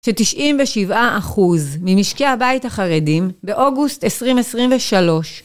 ש-97% ממשקי הבית החרדים באוגוסט 2023.